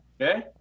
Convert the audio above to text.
okay